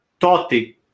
Totti